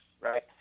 Right